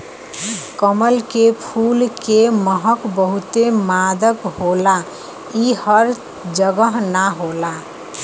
कमल के फूल के महक बहुते मादक होला इ हर जगह ना होला